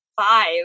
five